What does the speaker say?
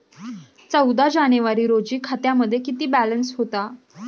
चौदा जानेवारी रोजी खात्यामध्ये किती बॅलन्स होता?